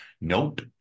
nope